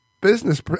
business